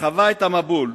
שחווה את המבול,